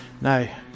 No